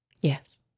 Yes